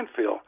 landfill